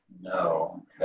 No